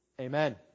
Amen